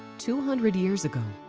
two hundred years ago,